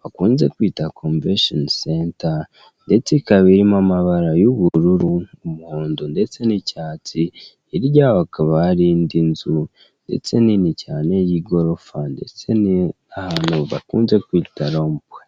bakunze kwita convention center ndetse ikaba irimo amabara y' ubururu, umuhondo ndetse n' icyatsi hirya yaho hakaba hari indi nzu ndetse nini cyane y' igorofa ndetse n' ahantu bakunze kwita rompue.